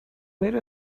made